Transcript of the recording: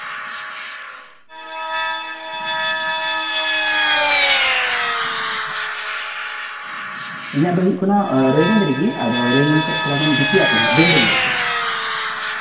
ᱤᱧᱟᱹᱜ ᱫᱚ ᱦᱩᱭᱩᱜ ᱠᱟᱱᱟ ᱨᱟᱭᱜᱚᱸᱡᱽ ᱨᱮᱜᱮ ᱟᱫᱚ ᱨᱟᱭᱜᱚᱸᱡᱽ ᱠᱷᱚᱱ ᱛᱷᱚᱲᱟ ᱜᱟᱱ ᱵᱷᱤᱛᱨᱤ ᱟᱹᱛᱩ ᱧᱚᱜ ᱵᱮᱞᱰᱟᱺᱜᱤ ᱟᱹᱛᱩ